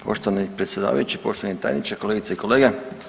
Poštovani predsjedavajući, poštovani tajniče, kolegice i kolege.